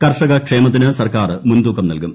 കർഷകക്ഷമത്തിന് സർക്കാർ മുൻതൂക്കം നൽകും